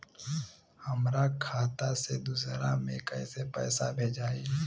हमरा खाता से दूसरा में कैसे पैसा भेजाई?